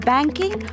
Banking